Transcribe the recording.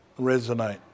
resonate